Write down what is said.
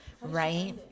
Right